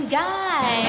guy